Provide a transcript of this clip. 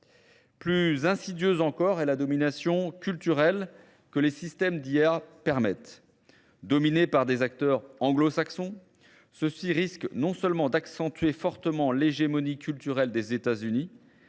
Plus insidieuse encore est la domination culturelle que les systèmes d'IA permettent. Dominés par des acteurs anglo-saxons, ceux-ci risquent non seulement d'accentuer fortement l'hégémonie culturelle des États-Unis,